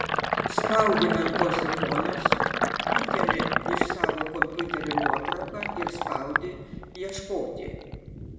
spaudi ant tos ikonos įkeli iš savo kompiuterio nuotrauką ir spaudi ieškoti